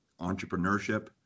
entrepreneurship